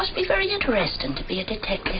must be very interesting to be a detective